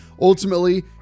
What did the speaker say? Ultimately